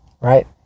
Right